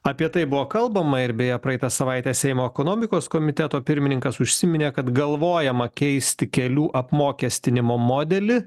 apie tai buvo kalbama ir beje praeitą savaitę seimo ekonomikos komiteto pirmininkas užsiminė kad galvojama keisti kelių apmokestinimo modelį